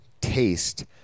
taste